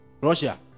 russia